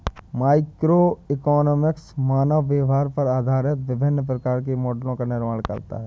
microeconomics मानव व्यवहार पर आधारित विभिन्न प्रकार के मॉडलों का निर्माण करता है